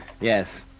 Yes